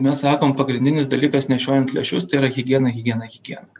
mes sakom pagrindinis dalykas nešiojant lęšius tai yra higiena higiena higiena